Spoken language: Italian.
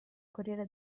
corriere